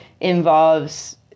involves